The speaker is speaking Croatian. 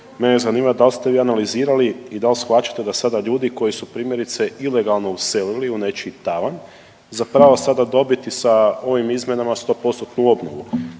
Mene zanima dal ste vi analizirali i dal shvaćate da sada ljudi koji su primjerice ilegalno uselili u nečiji tavan zapravo sada dobiti sa ovim izmjenama 100%-tnu obnovu?